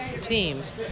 teams